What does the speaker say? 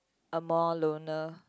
a more loner